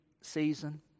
season